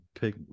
pick